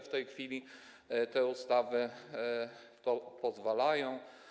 W tej chwili te ustawy na to pozwalają.